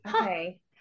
Okay